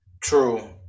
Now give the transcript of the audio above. True